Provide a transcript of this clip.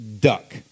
duck